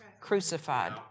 crucified